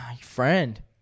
friend